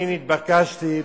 אני נתבקשתי,